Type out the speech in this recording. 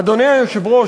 אדוני היושב-ראש,